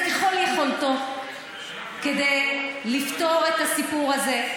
ככל יכולתם כדי לפתור את הסיפור הזה.